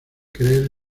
creer